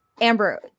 Amber